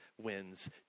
wins